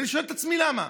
ואני שואל את עצמי: למה?